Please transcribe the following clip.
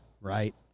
right